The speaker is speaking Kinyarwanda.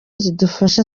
zidufasha